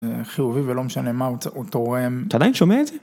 חיובי ולא משנה מה, הוא תורם. אתה עדיין שומע את זה?